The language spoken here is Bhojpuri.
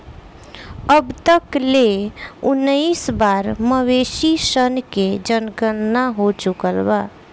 अब तक ले उनऽइस बार मवेशी सन के जनगणना हो चुकल बा